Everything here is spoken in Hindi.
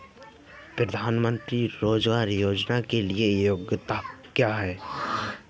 प्रधानमंत्री रोज़गार योजना के लिए योग्यता क्या है?